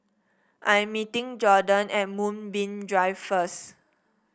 I am meeting Jordon at Moonbeam Drive first